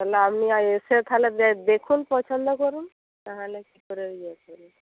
তাহলে আপনি আর এসে তাহলে দে দেখুন পছন্দ করুন নাহলে কী করে ইয়ে হবে